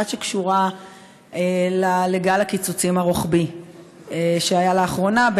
אחת קשורה לגל הקיצוצים הרוחבי שהיה לאחרונה,